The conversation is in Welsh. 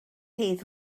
hedd